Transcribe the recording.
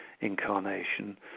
incarnation